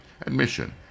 admission